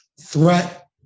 threat